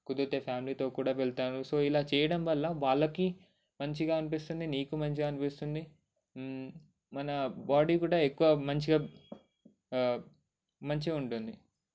కుదిరితే ఫ్యామిలీతో కూడా వెళ్తాను సో ఇలా చేయడం వల్ల వాళ్లకి మంచిగా అనిపిస్తుంది నీకు మంచిగా అనిపిస్తుంది మన బాడీ కూడా ఎక్కువ మంచిగా మంచిగా ఉంటుంది